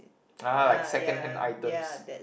ah like secondhand items